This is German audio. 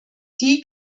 die